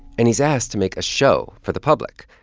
and he's asked to make a show for the public,